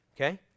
Okay